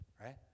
right